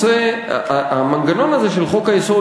המנגנון הזה של חוק-היסוד,